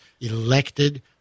elected